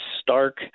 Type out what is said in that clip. stark